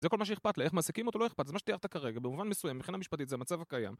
זה כל מה שאיכפת לה, איך מעסיקים אותו לא איכפת, זה מה שתיארת כרגע, במובן מסוים, מבחינה משפטית זה המצב הקיים